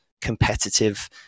competitive